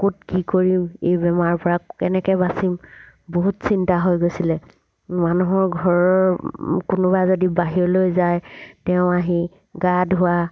ক'ত কি কৰিম এই বেমাৰৰ পৰা কেনেকৈ বাচিম বহুত চিন্তা হৈ গৈছিলে মানুহৰ ঘৰৰ কোনোবা যদি বাহিৰলৈ যায় তেওঁ আহি গা ধোৱা